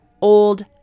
old